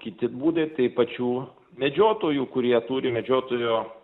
kiti būdai tai pačių medžiotojų kurie turi medžiotojo